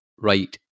right